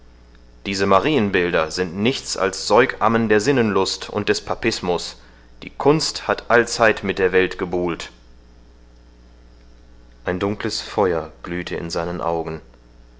diese marienbilder sind nichts als säugammen der sinnenlust und des papismus die kunst hat allzeit mit der welt gebuhlt ein dunkles feuer glühte in seinen augen